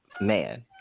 man